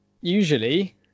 usually